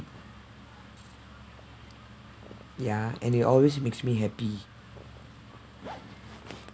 ya and it always makes me happy